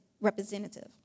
representative